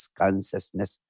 consciousness